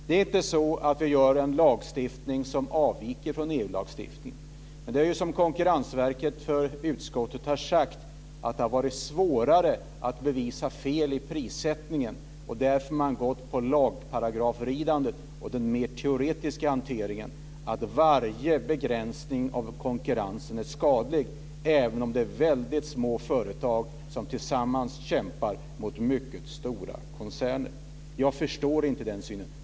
Det är inte så att vi utformar en lagstiftning som avviker från EU-lagstiftningen. Men som Konkurrensverket har sagt inför utskottet har det varit svårare att bevisa fel i prissättningen. Därför har man valt lagparagrafridandet och den mer teoretiska hanteringen, att varje begränsning av konkurrensen är skadlig, även om det är väldigt små företag som tillsammans kämpar mot mycket stora koncerner. Jag förstår inte den synen.